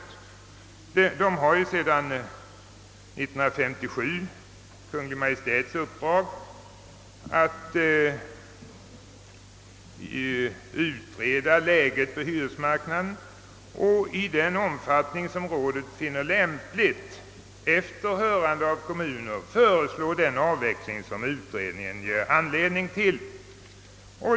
Hyresrådet har sedan 1957 Kungl. Maj:ts uppdrag att utreda läget på hyresmarknaden och i den omfattning som rådet finner lämpligt efter hörande av kommunen föreslå den avveckling av hyresregleringen som utredningen ger anledning till.